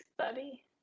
study